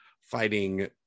fighting